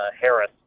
Harris